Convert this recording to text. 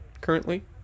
currently